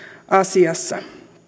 asiassa